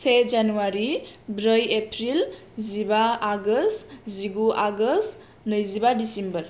से जानुवारि ब्रै एप्रिल जिबा आगस्त जिगु आगस्त नैजिबा दिसेम्बर